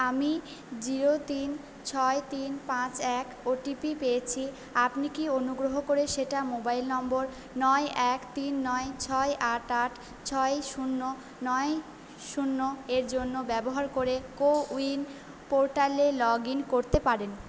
আমি জিরো তিন ছয় তিন পাঁচ এক ওটিপি পেয়েছি আপনি কি অনুগ্রহ করে সেটা মোবাইল নম্বর নয় এক তিন নয় ছয় আট আট ছয় শূন্য নয় শূন্য এর জন্য ব্যবহার করে কোউইন পোর্টালে লগইন করতে পারেন